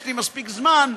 יש לי מפסיק זמן,